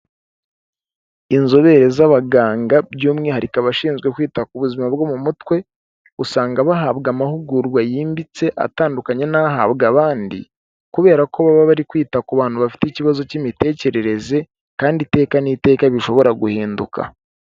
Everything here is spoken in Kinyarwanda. Inzobere z'abaganga by'umwihariko abashinzwe kwita ku buzima bwo mu mutwe, usanga bahabwa amahugurwa yimbitse atandukanye n'ahabwa abandi, kubera ko baba bari kwita ku bantu bafite ikibazo cy'imitekerereze, kandi iteka n'iteka bishobora guhinduka.